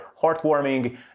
heartwarming